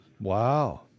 Wow